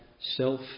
self